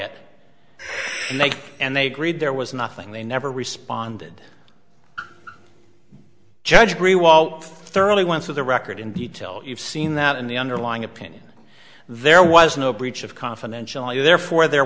it and they and they agreed there was nothing they never responded judge very well thoroughly went through the record in detail you've seen that in the underlying opinion there was no breach of confidentiality therefore there